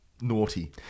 naughty